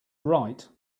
right